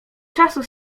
czasu